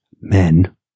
men